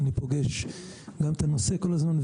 אני פוגש גם את הנושא כל הזמן,